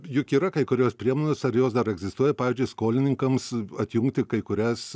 juk yra kai kurios priemonės ar jos dar egzistuoja pavyzdžiui skolininkams atjungti kai kurias